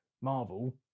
marvel